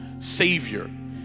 Savior